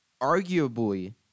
arguably